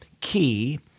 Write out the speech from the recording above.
key